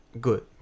Good